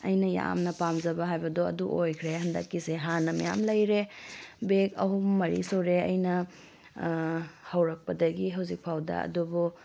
ꯑꯩꯅ ꯌꯥꯝꯅ ꯄꯥꯝꯖꯕ ꯍꯥꯏꯕꯗꯣ ꯑꯗꯨ ꯑꯣꯏꯈ꯭ꯔꯦ ꯍꯟꯗꯛꯀꯤꯁꯦ ꯍꯥꯅꯅ ꯃꯌꯥꯝ ꯂꯩꯔꯦ ꯕꯦꯛ ꯑꯍꯨꯝ ꯃꯔꯤ ꯁꯨꯔꯦ ꯑꯩꯅ ꯍꯧꯔꯛꯄꯗꯒꯤ ꯍꯧꯖꯤꯛꯐꯥꯎꯗ ꯑꯗꯨꯕꯨ